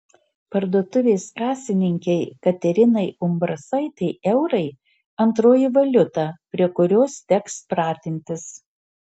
parduotuvės kasininkei katerinai umbrasaitei eurai antroji valiuta prie kurios teks pratintis